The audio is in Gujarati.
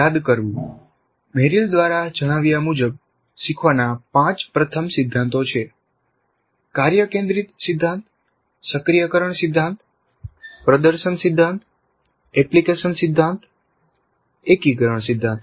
યાદ કરવું મેરિલ દ્વારા જણાવ્યા મુજબ શીખવાના પાંચ પ્રથમ સિદ્ધાંતો છે કાર્ય કેન્દ્રિત સિદ્ધાંત સક્રિયકરણ સિદ્ધાંત પ્રદર્શન સિદ્ધાંત એપ્લિકેશન સિદ્ધાંત એકીકરણ સિદ્ધાંત